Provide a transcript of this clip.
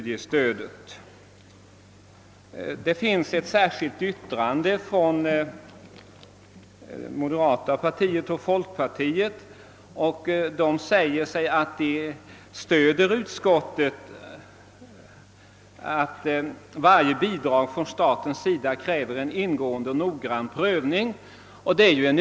Det finns ett särskilt yttrande från moderata samlingspartiet och folkpartiet, i vilket framhålles att det stöder utskottets uttalande att »varje bidrag från statens sida kräver en ingående och noggrann prövning».